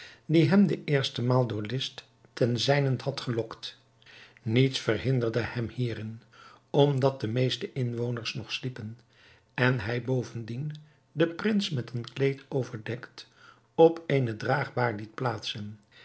die hem de eerste maal door list ten zijnent had gelokt niets verhinderde hem hierin omdat de meeste inwoners nog sliepen en hij bovendien den prins met een kleed overdekt op eene draagbaar liet plaatsen